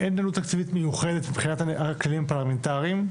אין התנהלות תקציבית מיוחדת מבחינת הכללים הפרלמנטריים.